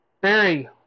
Barry